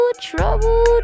trouble